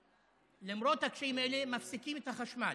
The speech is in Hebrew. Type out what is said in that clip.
ולמרות הקשיים האלה, מפסיקים את החשמל.